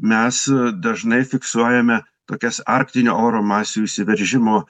mes dažnai fiksuojame tokias arktinio oro masių įsiveržimo